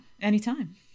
anytime